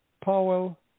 Powell